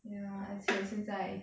ya 而且现在